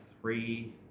three